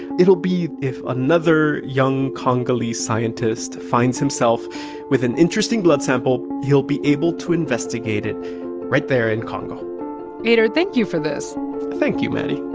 it'll be if another young congolese scientist finds himself with an interesting blood sample, he'll be able to investigate it right there in congo eyder, thank you for this thank you, maddie